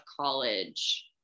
college